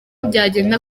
byagenda